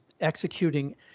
executing